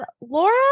Laura